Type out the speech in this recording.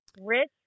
Rich